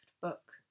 book